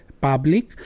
public